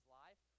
life